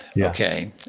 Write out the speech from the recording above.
okay